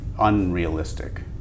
unrealistic